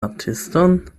artiston